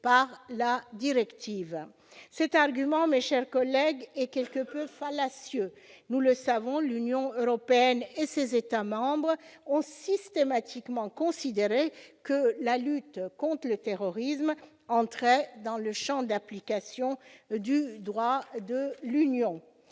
Cet argument, mes chers collègues, est quelque peu fallacieux. Nous le savons, l'Union européenne et ses États membres ont systématiquement considéré que la lutte contre le terrorisme entrait dans le champ d'application du droit de l'Union,